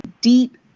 deep